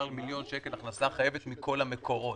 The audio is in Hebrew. על מיליון שקלים ההכנסה החייבת מכל המקורות.